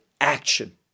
action